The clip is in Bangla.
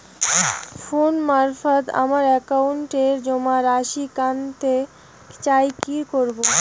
ফোন মারফত আমার একাউন্টে জমা রাশি কান্তে চাই কি করবো?